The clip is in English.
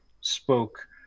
spoke